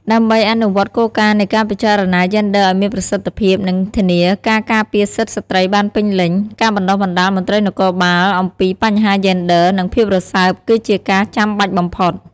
ដើម្បីអនុវត្តគោលការណ៍នៃការពិចារណាយេនឌ័រឲ្យមានប្រសិទ្ធភាព និងធានាការការពារសិទ្ធិស្ត្រីបានពេញលេញ ការបណ្ដុះបណ្ដាលមន្ត្រីនគរបាលអំពីបញ្ហាយេនឌ័រ និងភាពរសើប គឺជាការចាំបាច់បំផុត។